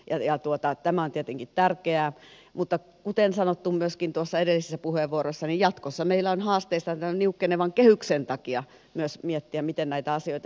tämä on tietenkin tärkeää mutta kuten sanottu myöskin tuossa edellisessä puheenvuorossa jatkossa meillä on haasteena tämän niukkenevan kehyksen takia myös miettiä miten näitä asioita hoidetaan